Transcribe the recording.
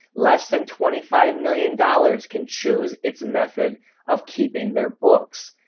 less than twenty five million dollars can choose its method of keeping their books.